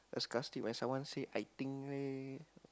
sarcastic when someone say I think leh